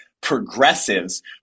progressives